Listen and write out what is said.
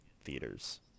theaters